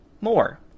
more